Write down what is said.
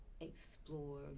explore